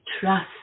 trust